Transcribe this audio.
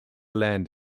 land